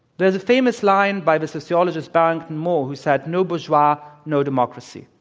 there's a famous line by the sociologist barrington moore who said, no bourgeois, no democracy.